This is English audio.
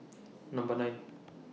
Number nine